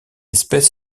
espèce